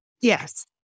Yes